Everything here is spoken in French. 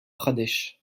pradesh